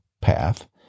path